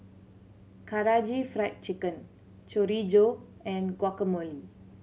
Karaage Fried Chicken Chorizo and Guacamole